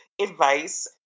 advice